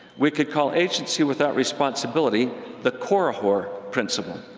we could call agency without responsibility the korihor principle,